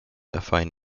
affine